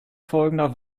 folgender